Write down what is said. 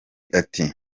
ati